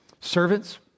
Servants